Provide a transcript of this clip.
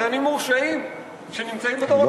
עבריינים מורשעים שנמצאים בתוך הכנסת.